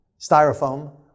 styrofoam